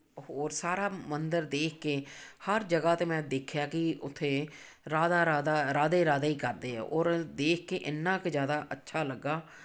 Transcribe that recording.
ਹੋਰ ਸਾਰਾ ਮੰਦਰ ਦੇਖ ਕੇ ਹਰ ਜਗ੍ਹਾ 'ਤੇ ਮੈਂ ਦੇਖਿਆ ਕਿ ਉੱਥੇ ਰਾਧਾ ਰਾਧਾ ਰਾਧੇ ਰਾਧੇ ਹੀ ਕਰਦੇ ਆ ਔਰ ਦੇਖ ਕੇ ਇੰਨਾਂ ਕੁ ਜ਼ਿਆਦਾ ਅੱਛਾ ਲੱਗਾ